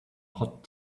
hot